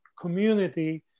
community